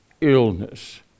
illness